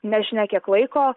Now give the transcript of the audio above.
nežinia kiek laiko